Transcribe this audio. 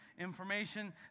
Information